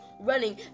running